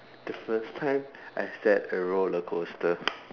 the first time I sat a roller coaster